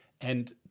And-